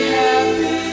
happy